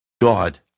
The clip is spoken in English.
God